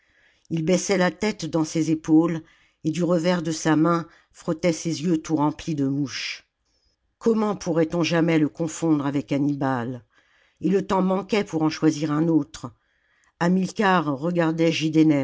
il baissait la tête dans ses épaules et du revers de sa main frottait ses yeux tout remplis de mouches comment pourrait-on jamais le confondre avec hannibal et le temps manquait pour en choisir un autre hamilcar regardait